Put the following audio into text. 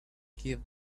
gave